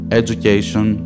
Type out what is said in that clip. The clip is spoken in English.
education